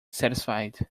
satisfied